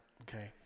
okay